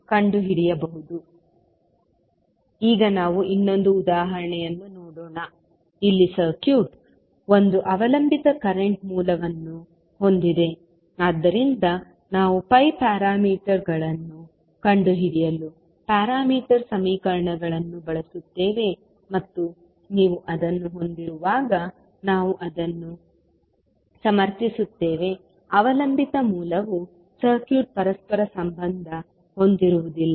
slide ಸಮಯವನ್ನು ಉಲ್ಲೇಖಿಸಿ 2244 ಈಗ ನಾವು ಇನ್ನೊಂದು ಉದಾಹರಣೆಯನ್ನು ನೋಡೋಣ ಇಲ್ಲಿ ಸರ್ಕ್ಯೂಟ್ ಒಂದು ಅವಲಂಬಿತ ಕರೆಂಟ್ ಮೂಲವನ್ನು ಹೊಂದಿದೆ ಆದ್ದರಿಂದ ನಾವು pi ಪ್ಯಾರಾಮೀಟರ್ಗಳನ್ನು ಕಂಡುಹಿಡಿಯಲು ಪ್ಯಾರಾಮೀಟರ್ ಸಮೀಕರಣಗಳನ್ನು ಬಳಸುತ್ತೇವೆ ಮತ್ತು ನೀವು ಅದನ್ನು ಹೊಂದಿರುವಾಗ ನಾವು ಅದನ್ನು ಸಮರ್ಥಿಸುತ್ತೇವೆ ಅವಲಂಬಿತ ಮೂಲವು ಸರ್ಕ್ಯೂಟ್ ಪರಸ್ಪರ ಸಂಬಂಧ ಹೊಂದಿರುವುದಿಲ್ಲ